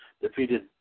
defeated